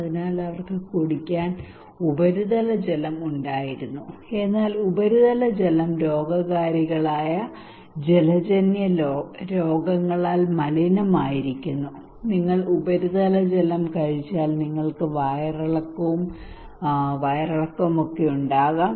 അതിനാൽ അവർക്ക് കുടിക്കാൻ ഉപരിതല ജലം ഉണ്ടായിരുന്നു എന്നാൽ ഉപരിതല ജലം രോഗകാരികളായ ജലജന്യ രോഗങ്ങളാൽ മലിനമായിരിക്കുന്നു നിങ്ങൾ ഉപരിതല ജലം കഴിച്ചാൽ നിങ്ങൾക്ക് വയറിളക്കവും വയറിളക്കവും ഉണ്ടാകാം